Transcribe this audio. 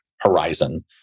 horizon